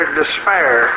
despair